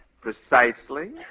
Precisely